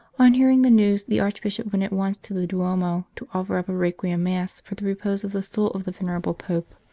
on hearing the news, the archbishop went at once to the duomo, to offer up a requiem mass for the repose of the soul of the venerable pope,